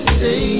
say